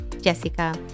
Jessica